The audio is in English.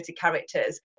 characters